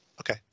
Okay